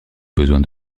besoin